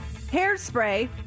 Hairspray